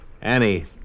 Annie